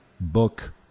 book